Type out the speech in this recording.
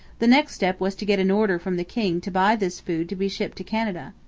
the next step was to get an order from the king to buy this food to be shipped to canada.